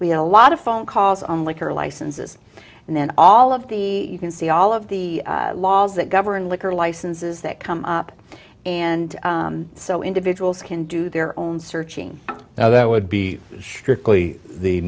we have a lot of phone calls on liquor licenses and then all of the you can see all of the laws that govern liquor licenses that come up and so individuals can do their own searching now that would be strictly the